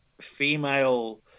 female